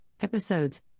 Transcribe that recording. Episodes